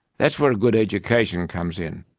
that's where a good education comes in.